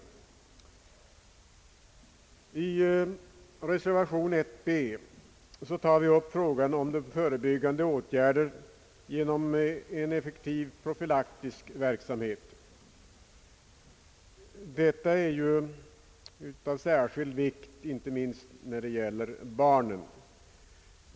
I reservationen b tar vi upp frågan om förebyggande åtgärder genom en effektiv profylaktisk verksamhet. Detta är ju av särskild vikt inte minst när det gäller barnen.